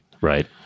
Right